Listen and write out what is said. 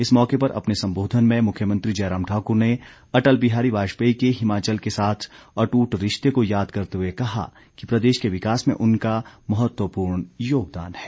इस मौके पर अपने संबोधन में मुख्यमंत्री जयराम ठाकुर ने अटल बिहारी वाजपेयी के हिमाचल के साथ अटूट रिश्ते को याद करते हुए कहा कि प्रदेश के विकास में उनका महत्वपूर्ण योगदान है